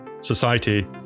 society